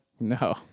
No